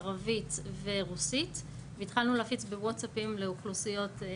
ערבית ורוסית והתחלנו להפיץ בווטסאפים לאוכלוסיות,